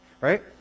right